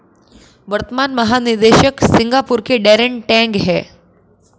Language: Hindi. वर्तमान महानिदेशक सिंगापुर के डैरेन टैंग हैं